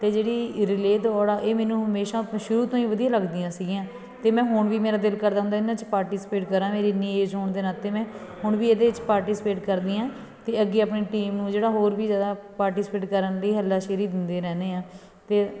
ਅਤੇ ਜਿਹੜੀ ਰਿਲੇਅ ਦੌੜ ਹੈ ਇਹ ਮੈਨੂੰ ਹਮੇਸ਼ਾ ਸ਼ੁਰੂ ਤੋਂ ਹੀ ਵਧੀਆ ਲੱਗਦੀਆਂ ਸੀਗੀਆਂ ਅਤੇ ਮੈਂ ਹੁਣ ਵੀ ਮੇਰਾ ਦਿਲ ਕਰਦਾ ਹੁੰਦਾ ਇਹਨਾਂ 'ਚ ਪਾਰਟੀਸਪੇਟ ਕਰਾਂ ਮੇਰੀ ਇੰਨੀ ਏਜ ਹੋਣ ਦੇ ਨਾਤੇ ਮੈਂ ਹੁਣ ਵੀ ਇਹਦੇ 'ਚ ਪਾਰਟੀਸਪੇਟ ਕਰਦੀ ਹਾਂ ਅਤੇ ਅੱਗੇ ਆਪਣੀ ਟੀਮ ਨੂੰ ਜਿਹੜਾ ਹੋਰ ਵੀ ਜਿਆਦਾ ਪਾਰਟੀਸਪੇਟ ਕਰਨ ਦੀ ਹੱਲਾਸ਼ੇਰੀ ਦਿੰਦੇ ਰਹਿੰਦੇ ਹਾਂ ਅਤੇ